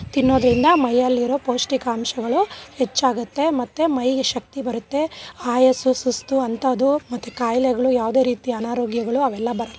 ತಿನ್ನೋದ್ರಿಂದ ಮೈಯಲ್ಲಿರೋ ಪೌಷ್ಟಿಕಾಂಶಗಳು ಹೆಚ್ಚಾಗುತ್ತೆ ಮತ್ತು ಮೈಗೆ ಶಕ್ತಿ ಬರುತ್ತೆ ಆಯಾಸ ಸುಸ್ತು ಅಂಥದ್ದು ಮತ್ತು ಕಾಯ್ಲೆಗಳು ಯಾವುದೇ ರೀತಿ ಅನಾರೋಗ್ಯಗಳು ಅವೆಲ್ಲ ಬರೋಲ್ಲ